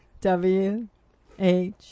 W-H